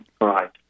Right